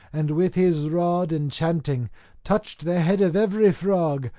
and with his rod enchanting touched the head of every frog,